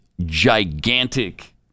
gigantic